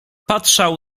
patrzał